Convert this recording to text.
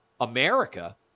America